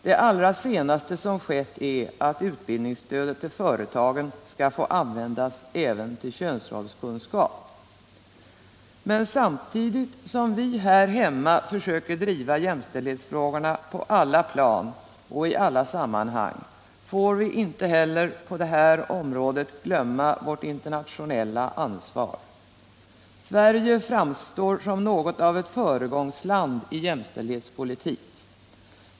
Det allra senaste som skett är att utbildningsstödet till företagen skall få användas även till könsrollskunskap. Men samtidigt som vi här hemma försöker driva jämställdhetsfrågorna på alla plan och i alla sammanhang, får vi inte heller på detta område glömma bort vårt internationella ansvar. Sverige framstår som något av ett föregångsland i fråga om jämställdhetspolitik.